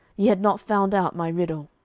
ye had not found out my riddle.